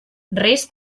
res